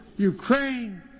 Ukraine